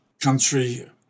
country